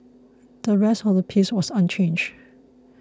the rest of the piece was unchanged